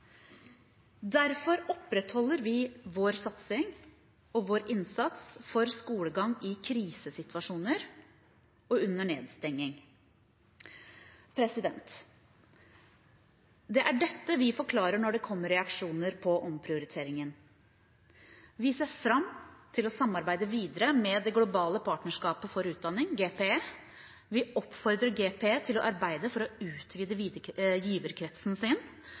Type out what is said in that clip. Derfor opprettholder vi vår satsing og vår innsats for skolegang i krisesituasjoner og under nedstengning. Det er dette vi forklarer når det kommer reaksjoner på omprioriteringen. Vi ser fram til å samarbeide videre med Det globale partnerskapet for utdanning, GPE, og vi oppfordrer GPE til å arbeide for å utvide giverkretsen sin.